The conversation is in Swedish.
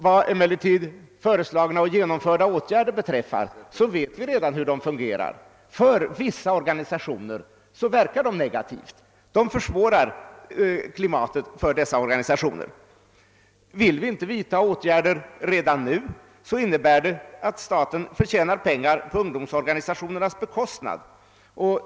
När det gäller föreslagna och genomförda åtgärder vet vi emellertid redan hur de fungerar. För vissa organisationer verkar de negativt; de försvårar arbetet för dessa organisationer. Vill vi inte vidtaga åtgärder redan nu innebär det att staten tjänar pengar på ungdomsorganisationernas bekostnad.